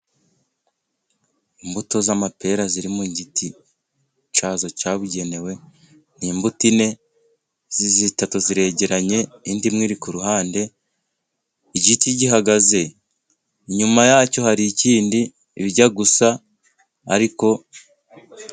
Imbuto z'amapera ziri m giti cyazo cyabugenewe, ni imbuto eyne, eshatu ziregeranye, indi imwe iri ku ruhande, igiti gihagaze inyuma yacyo hari ikindi bijya gusa ariko.